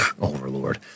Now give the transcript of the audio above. overlord